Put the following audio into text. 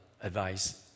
advice